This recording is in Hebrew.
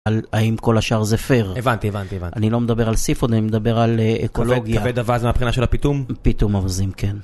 האם כל השאר זה פייר? הבנתי, הבנתי, הבנתי. אני לא מדבר על סיפונן, אני מדבר על אקולוגיה. כבד אווז מהבחינה של הפיתום? פיתום אווזים, כן.